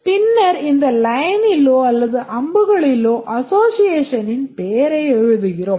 பின்னர் இந்த line னிலோ அல்லது அம்புகளிலோ அசோசியேஷனின் பெயரை எழுதுகிறோம்